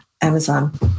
Amazon